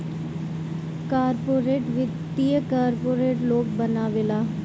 corporate वित्त corporate लोग बनावेला